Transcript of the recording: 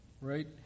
right